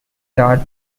chart